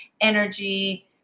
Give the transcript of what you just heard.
energy